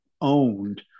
owned